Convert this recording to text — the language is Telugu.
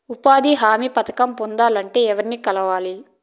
ఉపాధి హామీ పథకం పొందాలంటే ఎవర్ని కలవాలి?